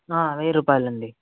వెయ్యి రుపాయలండి